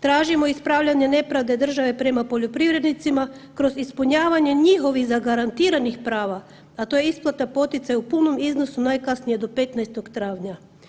Tražimo ispravljanje nepravde države prema poljoprivrednicima kroz ispunjavanje njihovih zagarantiranih prava, a to je isplata poticaja u punom iznosu najkasnije do 15. travnja.